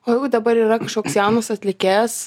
o jeigu dabar yra kažkoks jaunas atlikėjas